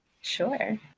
sure